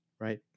right